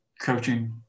coaching